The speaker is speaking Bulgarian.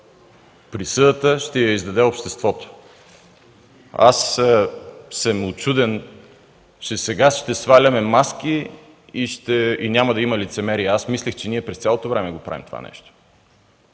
Присъдата ще я издаде обществото. Аз съм учуден, че сега ще сваляме маски и няма да има лицемерие. Мислех, че ние през цялото време правим това.